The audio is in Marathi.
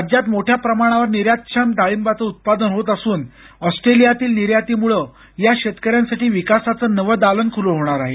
राज्यात मोठ्या प्रमाणावर निर्यातक्षम डाळिंबाचं उत्पादन होत असून ऑस्ट्रेलियातील निर्यातीमुळं या शेतकऱ्यांसाठी विकासाचं नवं दालन खुलं होणार आहे